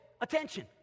attention